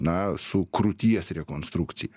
na su krūties rekonstrukcija